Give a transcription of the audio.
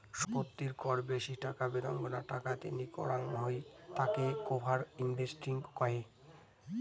সম্পত্তির কর বেশি টাকা বেদাঙ্গনা টাকা তিনি করাঙ হই তাকে ওভার ইনভেস্টিং কহে